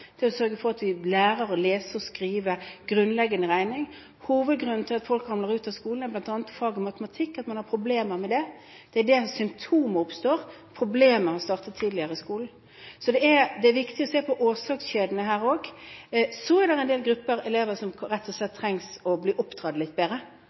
å sørge for at elevene lærer å lese og skrive, og at de lærer grunnleggende regning. En av hovedgrunnene til at folk ramler ut av skolen, er at de har problemer med faget matematikk. Det er nå symptomene viser seg, men problemet startet tidligere i skolen. Det er viktig å se på årsakskjedene her også. Så er det en gruppe elever som rett og